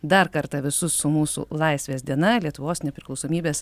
dar kartą visus su mūsų laisvės diena lietuvos nepriklausomybės